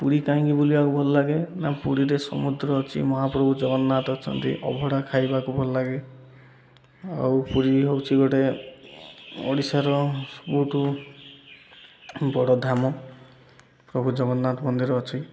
ପୁରୀ କାହିଁକି ବୁଲିବାକୁ ଭଲ ଲାଗେ ନା ପୁରୀରେ ସମୁଦ୍ର ଅଛି ମହାପ୍ରଭୁ ଜଗନ୍ନାଥ ଅଛନ୍ତି ଅଭଡ଼ା ଖାଇବାକୁ ଭଲ ଲାଗେ ଆଉ ପୁରୀ ବି ହେଉଛି ଗୋଟେ ଓଡ଼ିଶାର ସବୁଠୁ ବଡ଼ ଧାମ ପ୍ରଭୁ ଜଗନ୍ନାଥ ମନ୍ଦିର ଅଛି